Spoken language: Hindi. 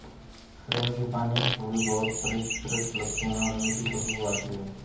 फ्रेंगिपानी फूल बहुत परिष्कृत लगते हैं और मीठी खुशबू आती है